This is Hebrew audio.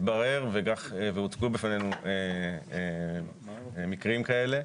מתברר, והוצגו בפנינו מקרים כאלה,